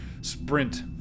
Sprint